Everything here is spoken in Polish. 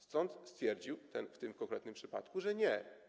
Sąd stwierdził w tym konkretnym przypadku, że nie.